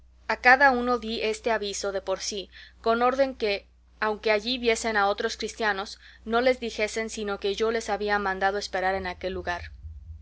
a cada uno di este aviso de por sí con orden que aunque allí viesen a otros cristianos no les dijesen sino que yo les había mandado esperar en aquel lugar